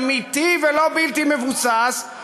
אמיתי ולא בלתי מבוסס,